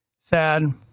sad